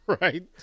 Right